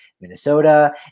Minnesota